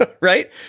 right